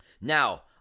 Now